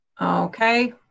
Okay